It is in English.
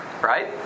Right